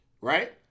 right